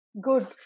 Good